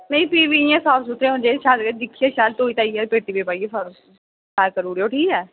नेई फ्ही बी इ'यां साफ सुथरे होने चाहिदे सारे जनेह् शैल दिक्खियै धोई धाइयै पेट्टियै च पाइयै सारा किश करी ओड़ेओ